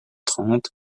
trente